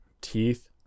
Teeth